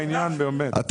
--- רבותי, אני מבקש להפסיק.